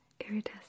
iridescent